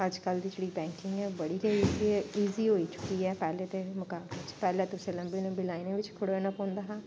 अजकल्ल दी जेह्ड़ी बैंकिंग ऐ ओह् बड़ी गै इजी ऐ इजी होई चुकी ऐ पैह्लें ते मकाबले च पैह्लें तुसें गी लम्बी लम्बी लाइनें च खड़ोने पोंदा हा